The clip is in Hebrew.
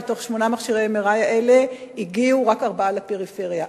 מתוך שמונה מכשירי MRI האלה הגיעו רק ארבעה לפריפריה,